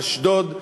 אשדוד,